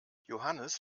johannes